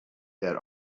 that